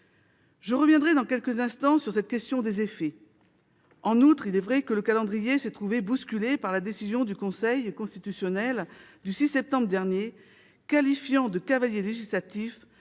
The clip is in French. Je reviendrai dans quelques instants sur cette question des effets. En outre, il est vrai que le calendrier s'est trouvé bousculé par la décision du Conseil constitutionnel du 6 septembre dernier, qualifiant de « cavalier législatif